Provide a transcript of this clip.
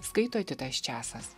skaito titas česas